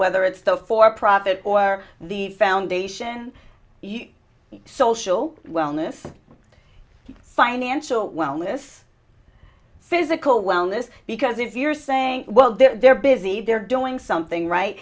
whether it's the for profit or the foundation social wellness financial wellness physical wellness because if you're saying well they're busy they're doing something right